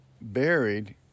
buried